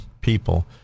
people